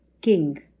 king